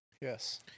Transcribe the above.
Yes